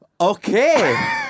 Okay